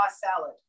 salad